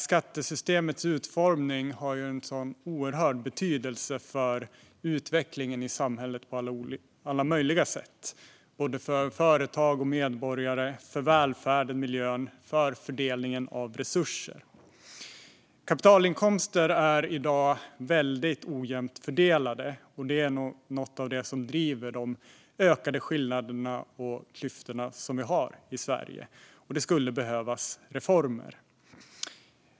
Skattesystemets utformning har en oerhörd betydelse för utvecklingen i samhället på alla möjliga sätt, till exempel för företag, medborgare, välfärd, miljö och fördelning av resurser. Kapitalinkomster är i dag väldigt ojämnt fördelade, och det är nog något av det som driver de ökade skillnaderna och klyftorna i Sverige. Det skulle behövas reformer.